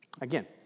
again